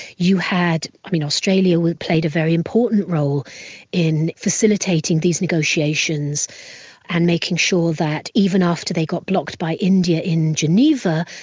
you had i mean australia played a very important role in facilitating these negotiations and making sure that even after they got blocked by india in geneva,